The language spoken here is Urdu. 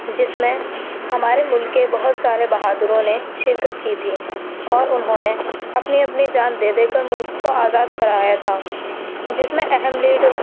جس میں ہمارے مُلک کے بہت سارے بہادروں نے شرکت کی تھی اور اُنہوں نے اپنی اپنی جان دے دے کر مُلک کو آزاد کرایا تھا جس میں اہم لیڈ